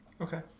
Okay